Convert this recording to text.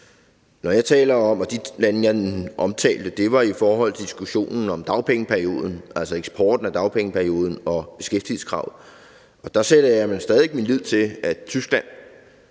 Når jeg omtalte de lande, jeg omtalte, var det i forhold til diskussionen om dagpengeperioden, altså eksporten af dagpengeperioden og beskæftigelseskravet, og der sætter jeg stadig væk min lid til, at Tyskland